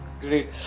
great